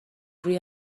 روی